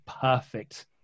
perfect